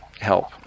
help